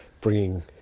bringing